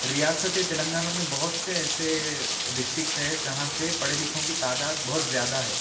ریاستِ تلنگانہ میں بہت سے ایسے ڈسٹکس ہے جہاں پہ پڑھے لِکھوں کی تعداد بہت زیادہ ہے